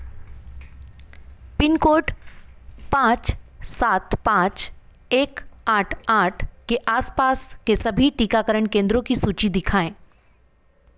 pin code पाँच सात पाँच एक आठ आठ के आस पास के सभी टीकाकरण केंद्रो की सूची दिखाएँ